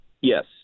Yes